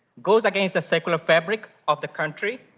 goes against the secular fabric of the country,